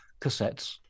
cassettes